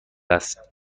است